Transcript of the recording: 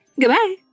Goodbye